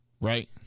Right